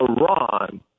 Iran